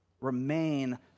Remain